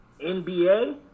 NBA